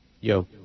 Yo